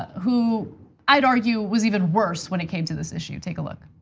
who i'd argue was even worse when it came to this issue. take a look.